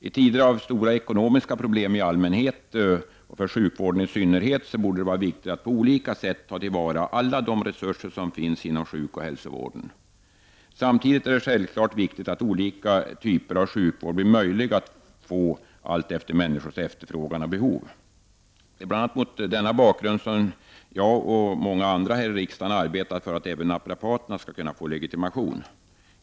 I tider av stora ekonomiska problem i allmänhet, och för sjukvården i synnerhet, borde det vara viktigt att på olika sätt ta till vara de resurser som finns inom sjuk och hälsovården. Samtidigt är det självklart viktigt att olika typer av sjukvård blir möjlig att få, allt efter människors efterfrågan och behov. Det är bl.a. mot denna bakgrund som jag och många andra här i riksdagen har arbetat för att även naprapaterna skall kunna få legitimation.